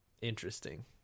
interesting